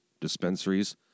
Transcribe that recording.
dispensaries